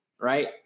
Right